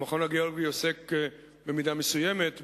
המכון הגיאולוגי עוסק בנושא במידה מסוימת,